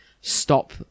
stop